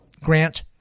Grant